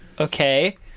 Okay